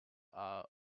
are